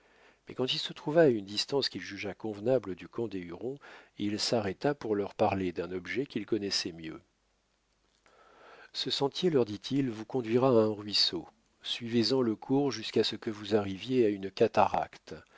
mais quand il se trouva à une distance qu'il jugea convenable du camp des hurons il s'arrêta pour leur parler d'un objet qu'il connaissait mieux ce sentier leur dit-il vous conduira à un ruisseau suivez en le cours jusqu'à ce que vous arriviez à une cataracte